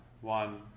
one